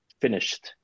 finished